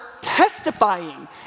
testifying